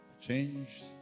Changed